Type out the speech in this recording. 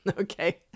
okay